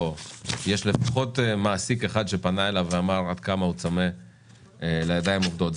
יש לפחות מעסיק אחד שפנה אליו ואמר עד כמה הוא צמא לידיים עובדות.